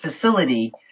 facility